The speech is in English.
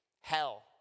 hell